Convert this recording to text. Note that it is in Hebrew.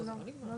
לא,